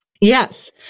yes